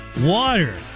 water